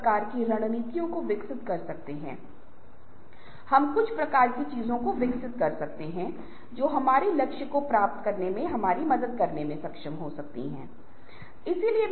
इसलिए चीजों को मत छोड़ो चीजों को वैसा ही करो जैसा तुमने तय किया है और निश्चित रूप से करे